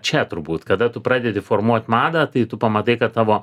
čia turbūt kada tu pradedi formuot madą tai tu pamatai kad tavo